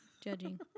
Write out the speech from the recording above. Judging